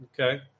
okay